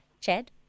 Chad